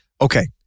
okay